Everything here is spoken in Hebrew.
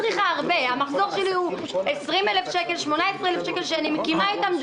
הדיווח הוא שוטף, אנחנו מקבלים עדכון על בסיס